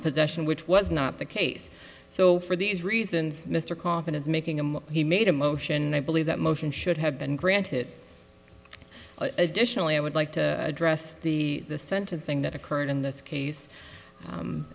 in possession which was not the case so for these reasons mr kaufman is making a he made a motion and i believe that motion should have been granted additionally i would like to address the sentencing that occurred in this case